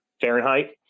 fahrenheit